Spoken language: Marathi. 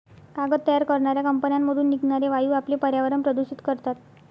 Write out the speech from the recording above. कागद तयार करणाऱ्या कंपन्यांमधून निघणारे वायू आपले पर्यावरण प्रदूषित करतात